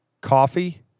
Coffee